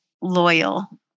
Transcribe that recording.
loyal